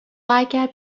اگر